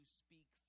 speak